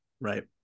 Right